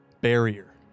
barrier